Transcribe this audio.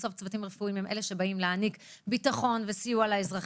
שבסוף צוותים רפואיים הם אלה שבאים להעניק ביטחון וסיוע לאזרחים,